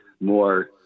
more